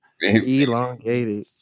Elongated